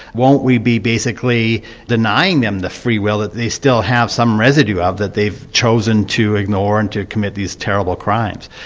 won't we be basically denying them the free will, that they still have some residue of, that they've chosen to ignore and commit these terrible crimes.